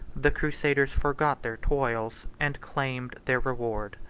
the crusaders forgot their toils and claimed their reward.